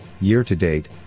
Year-to-date